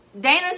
Dana